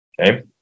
okay